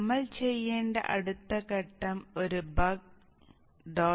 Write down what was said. നമ്മൾ ചെയ്യേണ്ട അടുത്ത ഘട്ടം ഒരു buck